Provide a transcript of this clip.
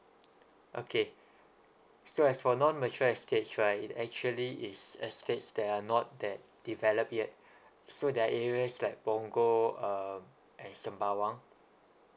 okay so as for non mature estates right it actually is estates that are not that developed yet so there are areas like punggol um and sembawang